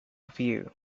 view